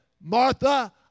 Martha